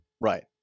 Right